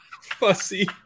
Fussy